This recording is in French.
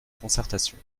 concertation